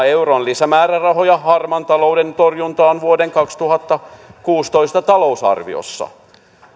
euron lisämäärärahaa harmaan talouden torjuntaan vuoden kaksituhattakuusitoista talousarviossa